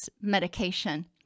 medication